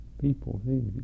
people